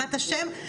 בעזרת השם,